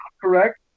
correct